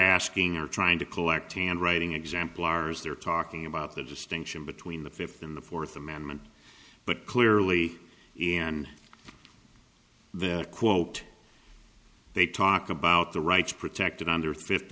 asking or trying to collect handwriting example r s they're talking about the distinction between the fifth in the fourth amendment but clearly in that quote they talk about the rights protected under